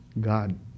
God